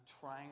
trying